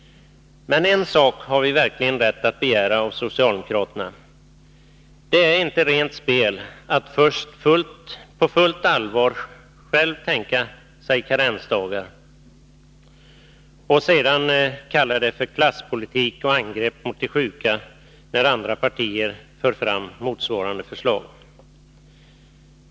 Men en sak har vi verkligen rätt att begära av socialdemokraterna. Det är inte rent spel att först på fullt allvar själv tänka sig karensdagar och sedan kalla det för klasspolitik och angrepp mot de sjuka, när andra partier för fram motsvarande förslag.